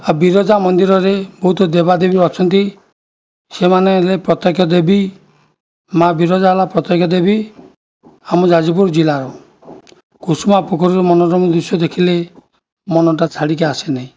ଆଉ ବିରଜା ମନ୍ଦିରରେ ବହୁତ ଦେବାଦେବୀ ଅଛନ୍ତି ସେମାନେ ହେଲେ ପ୍ରତ୍ୟେକ୍ଷ ଦେବୀ ମାଁ ବିରଜା ହେଲା ପ୍ରତ୍ୟେକ୍ଷ ଦେବୀ ଆମ ଯାଜପୁର ଜିଲ୍ଲାର କୁସୁମ ପୋଖରୀର ମନୋରମ ଦୃଶ୍ୟ ଦେଖିଲେ ମନଟା ଛାଡ଼ିକି ଆସେନାହିଁ